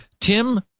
Tim